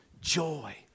joy